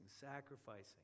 sacrificing